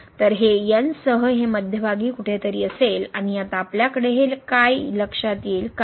तर हे सह हे मध्यभागी कुठेतरी असेल आणि आता आपल्याकडे हे काय लक्षात येईल कारण